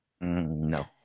No